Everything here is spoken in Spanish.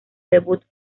debut